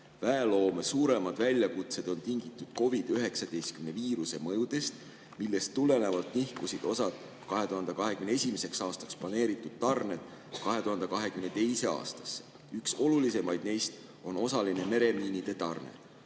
"Väeloome suuremad väljakutsed on tingitud COVID-19 viiruse mõjudest, millest tulenevalt nihkusid osad 2021. aastaks planeeritud tarned 2022. aastasse. Üks olulisemaid neist on osaline meremiinide tarne."